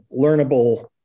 learnable